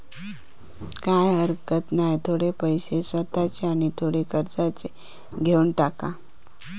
काय हरकत नाय, थोडे पैशे स्वतःचे आणि थोडे कर्जाचे घेवन टाक